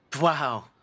Wow